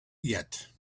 yet